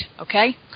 Okay